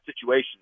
situation